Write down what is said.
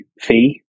fee